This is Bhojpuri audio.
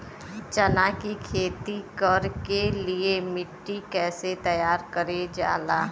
चना की खेती कर के लिए मिट्टी कैसे तैयार करें जाला?